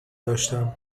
داشتم